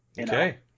Okay